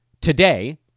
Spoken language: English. today